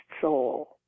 Soul